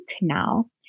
now